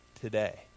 today